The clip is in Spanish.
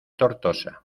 tortosa